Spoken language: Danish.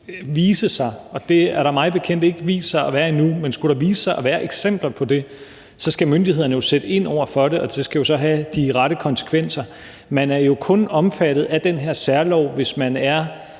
vise sig – og det har der mig bekendt ikke vist sig at være endnu – eksempler på det, skal myndighederne jo sætte ind over for det, og det skal så have de rette konsekvenser. Man er jo kun omfattet af den her særlov, hvis man